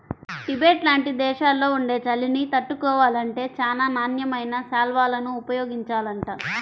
Tibet లాంటి దేశాల్లో ఉండే చలిని తట్టుకోవాలంటే చానా నాణ్యమైన శాల్వాలను ఉపయోగించాలంట